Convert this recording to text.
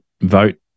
vote